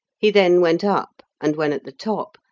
he then went up, and when at the top,